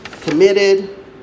committed